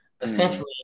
essentially